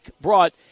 brought